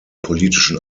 politischen